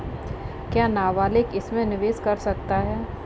क्या नाबालिग इसमें निवेश कर सकता है?